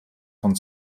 von